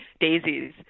daisies